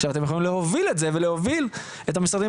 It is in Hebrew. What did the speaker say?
עכשיו אתם יכולים להוביל את זה ולהוביל את המשרדים